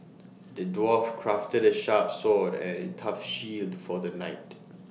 the dwarf crafted A sharp sword and tough shield for the knight